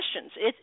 questions